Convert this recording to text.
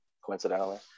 coincidentally